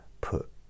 put